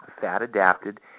fat-adapted